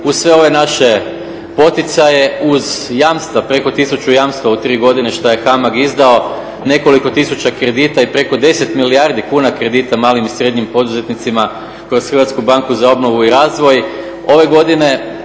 uz sve ove naše poticaje, uz jamstva, preko tisuću jamstava u tri godine šta je HAMAG izdao nekoliko tisuća kredita i preko 10 milijardi kuna kredita malim i srednjim poduzetnicima kroz Hrvatsku banku za obnovu i razvoj, ove godine